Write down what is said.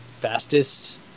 fastest